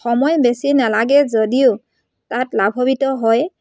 সময় বেছি নালাগে যদিও তাত লাভৱিত হয়